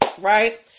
right